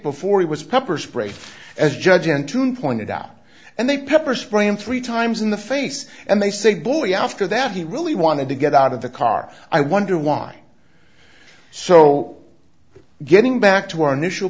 before he was pepper sprayed as judge and two pointed out and they pepper spray him three times in the face and they say boy after that he really wanted to get out of the car i wonder why so getting back to our